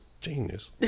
genius